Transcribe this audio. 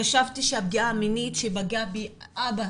חשבתי שהפגיעה המינית שפגע בי אבא